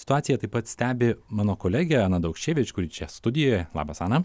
situaciją taip pat stebi mano kolegė ana daukševič kuri čia studijoje labas ana